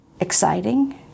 exciting